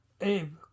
Abe